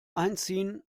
einziehen